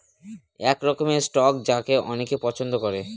এক রকমের স্টক যাকে অনেকে পছন্দ করে